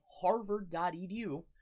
harvard.edu